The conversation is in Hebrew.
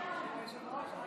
ושטרית, בבקשה.